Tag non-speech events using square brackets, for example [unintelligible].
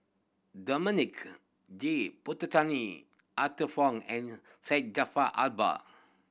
Dominic J [unintelligible] Arthur Fong and Syed Jaafar Albar